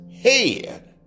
head